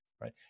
right